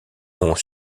ont